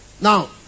Now